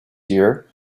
year